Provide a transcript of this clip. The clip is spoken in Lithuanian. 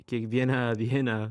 kiekvieną dieną